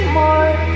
more